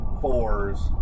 fours